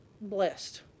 blessed